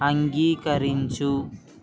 అంగీకరించు